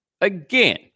Again